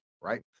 right